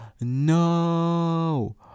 no